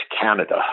Canada